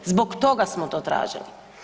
Zbog toga smo to tražili.